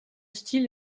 style